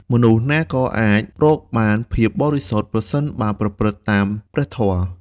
មនុស្សណាក៏អាចរកបានភាពបរិសុទ្ធ ប្រសិនបើប្រព្រឹត្តតាមព្រះធម៌។